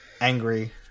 angry